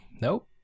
Nope